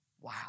Wow